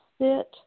sit